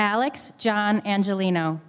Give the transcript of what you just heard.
alex john angeleno